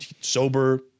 sober